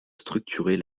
structurer